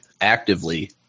actively